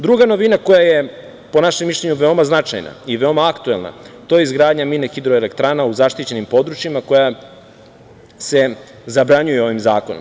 Druga novina koja je po našem mišljenju veoma značajna, i veoma aktuelna, to je izgradnja mini hidroelektrana u zaštićenim područjima, koja se zabranjuju ovim zakonom.